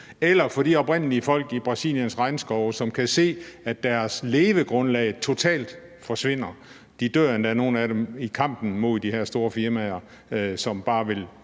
eller for de oprindelige folk i Brasiliens regnskove, som kan se, at deres levegrundlag totalt forsvinder. Nogle af dem dør endda i kampen mod de her store firmaer, som bare vil